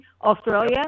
Australia